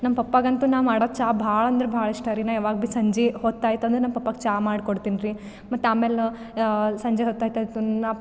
ನಮ್ಮ ಪಪ್ಪಾಗಂತೂ ನಾ ಮಾಡೋ ಚಹ ಭಾಳ ಅಂದ್ರೆ ಭಾಳ ಇಷ್ಟ ರೀ ನಾ ಯಾವಾಗೂ ಭೀ ಸಂಜೆ ಹೊತ್ತಾಯ್ತು ಅಂದರೆ ನಮ್ಮ ಪಪ್ಪಾಗೆ ಚಹ ಮಾಡಿಕೊಡ್ತೀನಿ ರೀ ಮತ್ತೆ ಆಮೇಲೆ ಸಂಜೆ ಹೊತ್ತಾಯ್ತು ನಾ